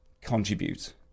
contribute